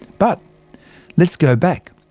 but let's go back,